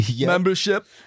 membership